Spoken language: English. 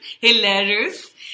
hilarious